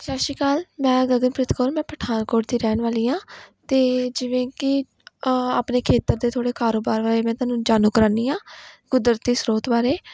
ਸਤਿ ਸ਼੍ਰੀ ਅਕਾਲ ਮੈਂ ਗਗਨਪ੍ਰੀਤ ਕੌਰ ਮੈਂ ਪਠਾਨਕੋਟ ਦੀ ਰਹਿਣ ਵਾਲੀ ਹਾਂ ਅਤੇ ਜਿਵੇਂ ਕਿ ਆਪਣੇ ਖੇਤਰ ਦੇ ਥੋੜ੍ਹੇ ਕਾਰੋਬਾਰ ਬਾਰੇ ਮੈਂ ਤੁਹਾਨੂੰ ਜਾਣੂ ਕਰਾਨੀ ਹਾਂ ਕੁਦਰਤੀ ਸਰੋਤ ਬਾਰੇ